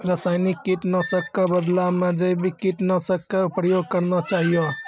रासायनिक कीट नाशक कॅ बदला मॅ जैविक कीटनाशक कॅ प्रयोग करना चाहियो